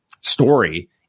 story